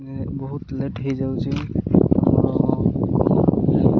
ବହୁତ ଲେଟ୍ ହେଇଯାଉଛି ଆଉ